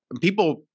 people